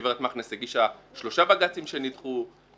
הגברת מכנס הגישה שלושה בג"צים שנדחו,